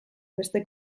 beste